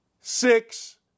Six